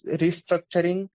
restructuring